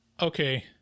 Okay